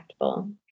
impactful